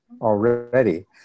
already